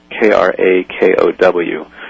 K-R-A-K-O-W